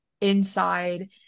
inside